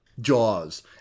Jaws